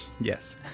Yes